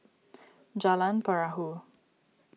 Jalan Perahu